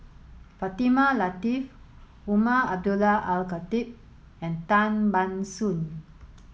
Fatimah Lateef Umar Abdullah Al Khatib and Tan Ban Soon